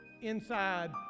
inside